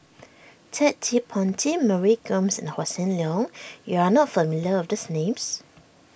Ted De Ponti Mary Gomes and Hossan Leong you are not familiar with these names